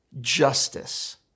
justice